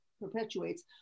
perpetuates